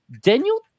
Daniel